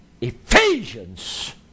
Ephesians